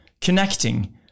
connecting